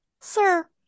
sir